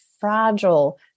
fragile